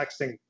texting